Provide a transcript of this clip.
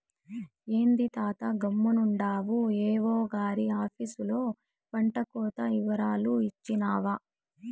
ఏంది తాతా గమ్మునుండావు ఏవో గారి ఆపీసులో పంటకోత ఇవరాలు ఇచ్చినావా